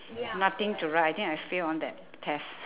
nothing to write I think I fail on that test